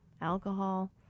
Alcohol